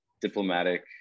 diplomatic